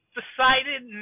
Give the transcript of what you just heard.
decided